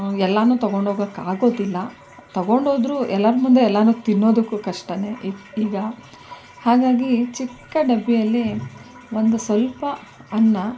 ಎಲ್ಲನೂ ತೊಗೊಂಡೋಗೋಕ್ಕಾಗೋದಿಲ್ಲ ತೊಗೊಂಡೋದ್ರೂ ಎಲ್ಲರ ಮುಂದೆ ಎಲ್ಲನೂ ತಿನ್ನೋದಕ್ಕೂ ಕಷ್ಟವೇ ಈ ಈಗ ಹಾಗಾಗಿ ಚಿಕ್ಕ ಡಬ್ಬಿಯಲ್ಲಿ ಒಂದು ಸ್ವಲ್ಪ ಅನ್ನ